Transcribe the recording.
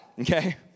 okay